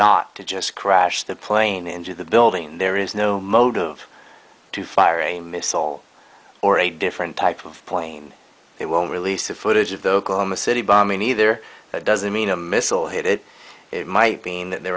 not to just crash the plane into the building there is no motive to fire a missile or a different type of plane they won't release of footage of the oklahoma city bombing either that doesn't mean a missile hit my being that there